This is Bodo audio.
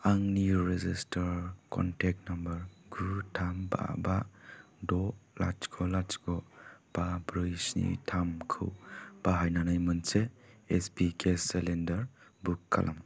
आंनि रेजिस्टार्ड कनटेक्ट नाम्बार गु थाम बा बा द' लाथिख' लाथिख' बा ब्रै स्नि थामखौ बाहायनानै मोनसे एइचपि गेस सिलिन्दार बुक खालाम